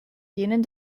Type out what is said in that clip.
jenen